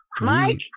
Mike